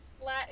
Latin